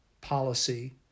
policy